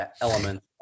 element